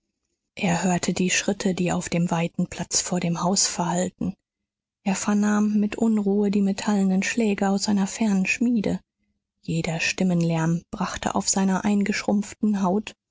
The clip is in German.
er hörte die schritte die auf dem weiten platz vor dem haus verhallten er vernahm mit unruhe die metallenen schläge aus einer fernen schmiede jeder stimmenlärm brachte auf seiner eingeschrumpften haut